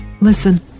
Listen